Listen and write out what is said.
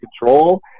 control